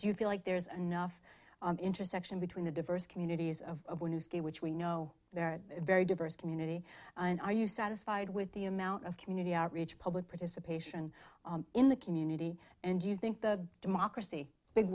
do you feel like there's enough intersection between the diverse communities of which we know there are very diverse community and are you satisfied with the amount of community outreach public participation in the community and do you think the democracy big